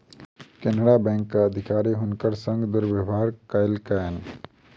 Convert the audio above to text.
केनरा बैंकक अधिकारी हुनकर संग दुर्व्यवहार कयलकैन